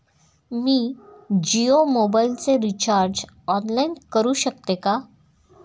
मी जियो मोबाइलचे recharge online करू शकते का?